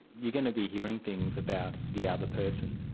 you're going to be hearing things about the other person.